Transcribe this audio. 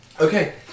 Okay